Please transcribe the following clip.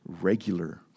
regular